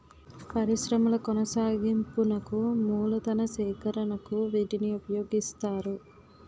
పరిశ్రమల కొనసాగింపునకు మూలతన సేకరణకు వీటిని ఉపయోగిస్తారు